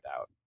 out